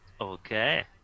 Okay